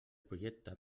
projecte